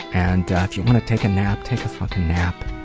and if you want to take a nap, take a fucking nap,